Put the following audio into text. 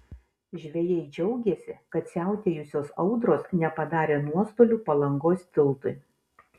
žvejai džiaugėsi kad siautėjusios audros nepadarė nuostolių palangos tiltui